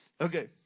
okay